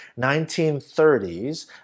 1930s